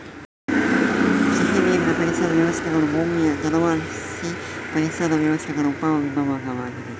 ಸಿಹಿನೀರಿನ ಪರಿಸರ ವ್ಯವಸ್ಥೆಗಳು ಭೂಮಿಯ ಜಲವಾಸಿ ಪರಿಸರ ವ್ಯವಸ್ಥೆಗಳ ಉಪ ವಿಭಾಗವಾಗಿದೆ